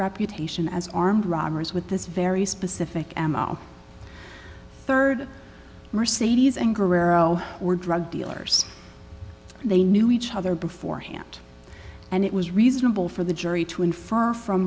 reputation as armed robbers with this very specific rd mercedes and guerrero or drug dealers they knew each other beforehand and it was reasonable for the jury to infer from